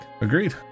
agreed